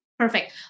Perfect